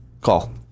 Call